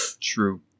True